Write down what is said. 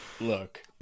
look